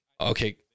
Okay